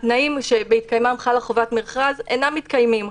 התנאים שבהתקיימם חלה חובת מכרז אינם מתקיימים.